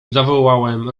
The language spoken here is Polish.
zawołałem